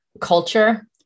culture